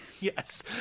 yes